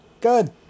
Good